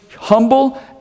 humble